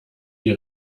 die